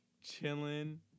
chilling